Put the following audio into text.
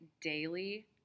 daily